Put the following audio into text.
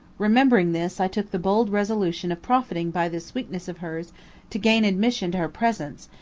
remembering this, i took the bold resolution of profiting by this weakness of hers to gain admission to her presence,